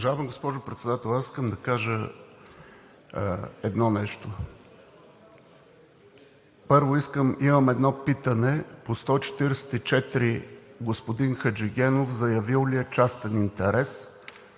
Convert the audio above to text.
Уважаема госпожо Председател! Искам да кажа едно нещо. Първо, имам едно питане по чл. 144: господин Хаджигенов заявил ли е частен интерес,